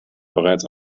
bereits